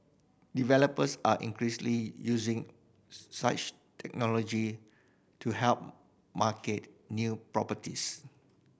developers are increasingly using such technology to help market new properties